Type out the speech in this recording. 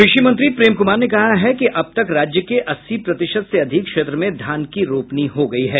कृषि मंत्री प्रेम कुमार ने कहा है कि अब तक राज्य के अस्सी प्रतिशत से अधिक क्षेत्र में धान की रोपनी हो गयी है